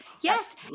Yes